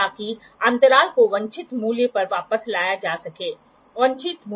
spirit level का प्रदर्शन bubble और दो रेफरंसो के बीच ज्यामिट्रिक संबंध द्वारा नियंत्रित होता है